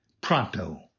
pronto